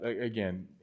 again